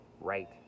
right